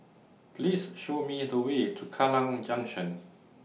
Please Show Me The Way to Kallang Junction